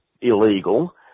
illegal